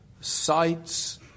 sights